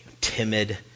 timid